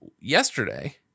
yesterday